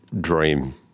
dream